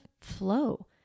flow